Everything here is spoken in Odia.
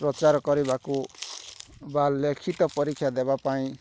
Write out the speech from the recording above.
ପ୍ରଚାର କରିବାକୁ ବା ଲିଖିତ ପରୀକ୍ଷା ଦେବା ପାଇଁ